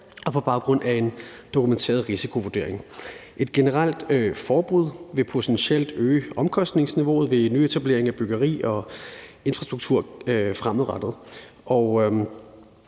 og på baggrund af en dokumenteret risikovurdering, og et generelt forbud vil potentielt øge omkostningsniveauet ved nyetablering af byggeri og infrastruktur fremadrettet.